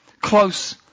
close